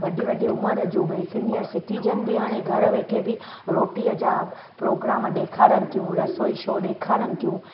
वॾी वॾी उमिरि जूं बि सीनियर सीटीजन बि हाणे घरु वेठे बि रोटीअ जा प्रोग्राम ॾेखारनि थियूं रसोई शो ॾेखारनि थियूं